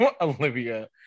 Olivia